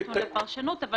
זה די נתון לפרשנות אבל